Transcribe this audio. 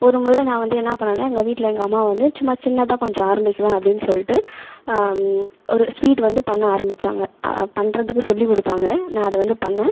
ஒருமுறை நான் வந்து என்ன பண்ணிணேன்னா எங்கள் வீட்டில் எங்கள் அம்மா வந்து சும்மா சின்னதாக கொஞ்சம் ஆரம்பிக்கலாம்னு சொல்லிட்டு ஒரு ஸ்வீட் வந்து பண்ண ஆரம்பித்தாங்க பண்ணுறதுக்கு சொல்லி கொடுத்தாங்க நான் அதை வந்து பண்ணிணேன்